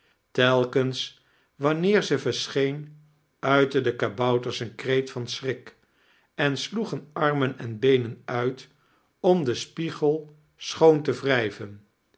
telkens wanneer ze versoheen uitteia de kabouters een kreet van schrik en sloegen armen en beenen uit om den spiegel schoon te wrijven